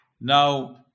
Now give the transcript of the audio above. Now